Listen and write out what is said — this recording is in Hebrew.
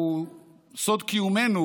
סוד קיומנו,